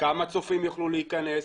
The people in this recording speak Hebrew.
כמה צופים יוכלו להיכנס,